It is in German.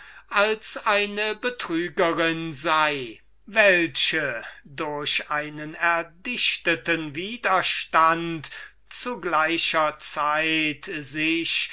als eine betrügerin sei welche durch einen erdichteten widerstand zu gleicher zeit sich